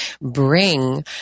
bring